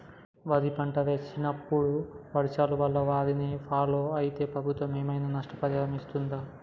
వరి పంట వేసినప్పుడు వర్షాల వల్ల వారిని ఫాలో అయితే ప్రభుత్వం ఏమైనా నష్టపరిహారం ఇస్తదా?